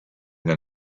then